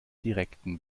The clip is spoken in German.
direkten